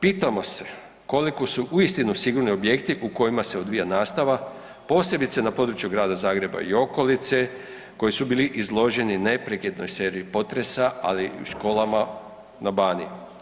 Pitamo se koliko su uistinu sigurni objekti u kojima se odvija nastava, posebice na području grada Zagreba i okolice koji su bili izloženi neprekidnoj seriji potresa, ali i u školama na Baniji.